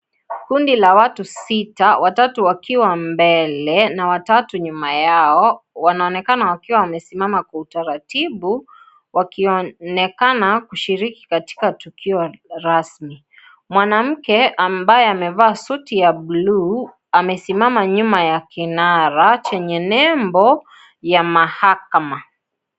Kundi la watu sita watatu wakiwa mbele na watatu nyuma yao wanaonekana wakiwa wamesimama kwa utaratibu wakionekana kukishiriki katika tukio rasmi, mwanamke ambaye amevaa suti ya bluu amesimama nyuma ya kinara chenye nembo ya mahakama.